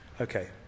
Okay